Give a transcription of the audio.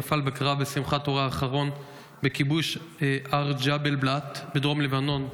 נפל בקרב בשמחת תורה האחרון בכיבוש הר ג'בל בלאט בדרום לבנון.